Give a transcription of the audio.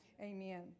Amen